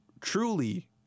truly